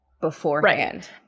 beforehand